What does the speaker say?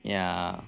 ya